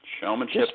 Showmanship